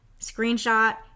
Screenshot